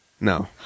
No